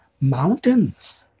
mountains